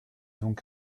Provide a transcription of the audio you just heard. donc